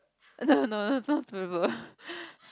no no no not